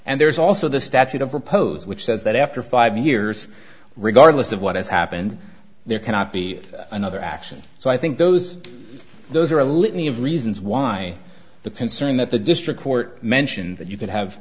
and there's also the statute of repose which says that after five years regardless of what has happened there cannot be another action so i think those those are a litany of reasons why the concern that the district court mentioned that you could have